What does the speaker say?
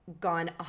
gone